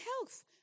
health